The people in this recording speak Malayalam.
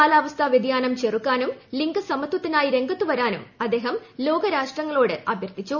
കാലാവസ്ഥാവൃതിയാനം ചെറുക്കാനും ലിംഗസമത്വത്തിനായ് രംഗത്തുവരാനും അദ്ദേഹം ലോകരാഷ്ട്രങ്ങളോട് അഭ്യർത്ഥിച്ചു